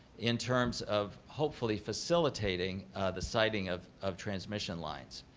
in terms of hopefully facilitating the siting of of transmission lines.